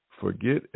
forget